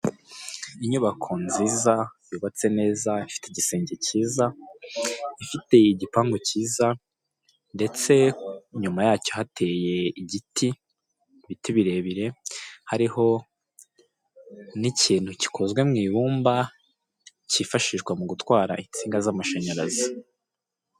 Inyubako nziza, yubatse neza, ifite igisenge cyiza, ifite igipanpu cyiza ndetse inyuma yacyo hateye igiti. Ibiti birebire hariho n'ikintu gikozwe mu ibumba cyifashishwa mu gutwara insinga z'amashanyarazi.